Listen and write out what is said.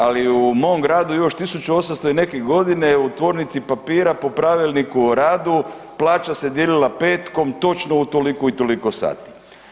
Ali u mom gradu još 1800 i neke godine u Tvornici papira po Pravilniku o radu plaća se dijelila petkom točno u toliko i toliko sati.